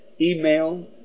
email